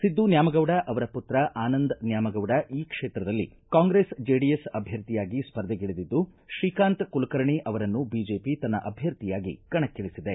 ಸಿದ್ದು ನ್ಯಾಮಗೌಡ ಅವರ ಪುತ್ರ ಆನಂದ ನ್ಯಾಮಗೌಡ ಈ ಕ್ಷೇತ್ರದಲ್ಲಿ ಕಾಂಗ್ರೆಸ್ ಜೆಡಿಎಸ್ ಅಭ್ವರ್ಥಿಯಾಗಿ ಸ್ಪರ್ಧೆಗಿಳಿದಿದ್ದು ಶ್ರೀಕಾಂತ್ ಕುಲಕರ್ಣಿ ಅವರನ್ನು ಬಿಜೆಪಿ ತನ್ನ ಅಭ್ವರ್ಥಿಯಾಗಿ ಕಣಕ್ಕಳಿಸಿದೆ